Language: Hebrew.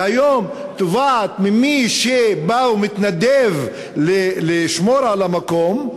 והיום תובעת ממי שבא ומתנדב לשמור על המקום,